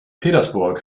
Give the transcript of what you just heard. petersburg